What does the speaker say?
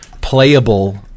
playable